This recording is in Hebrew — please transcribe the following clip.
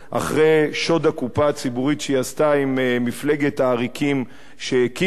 אחרי שוד הקופה הציבורית שהיא עשתה עם מפלגת העריקים שהקימה,